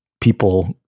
people